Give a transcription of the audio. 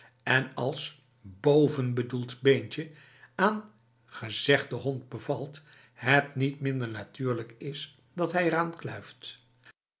en als bovenbedoeld beentje aan gezegde hond bevalt het niet minder natuurlijk is dat hij